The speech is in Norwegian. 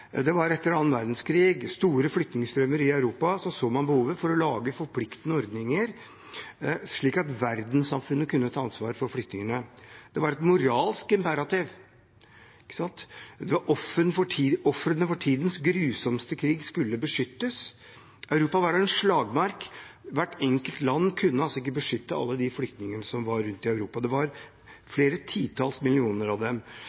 Det var etter annen verdenskrig store flyktningstrømmer i Europa. Man så behovet for å lage forpliktende ordninger, slik at verdenssamfunnet kunne ta ansvar for flyktningene. Det var et moralsk imperativ. Ofrene for tidenes grusomste krig skulle beskyttes. Europa var en slagmark. Hvert enkelt land kunne ikke beskytte alle de flyktningene som var rundt om i Europa. Det var titalls millioner av dem.